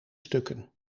stukken